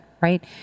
right